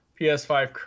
PS5